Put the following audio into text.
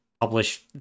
publish